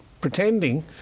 pretending